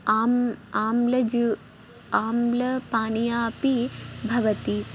आम् आम्लजू आम्लपानीयम् अपि भवति